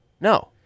No